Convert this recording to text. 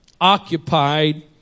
occupied